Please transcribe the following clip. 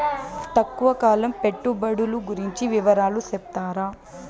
తక్కువ కాలం పెట్టుబడులు గురించి వివరాలు సెప్తారా?